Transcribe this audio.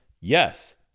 Yes